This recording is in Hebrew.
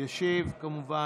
ישיב, כמובן,